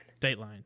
Dateline